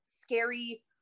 scary